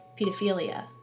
pedophilia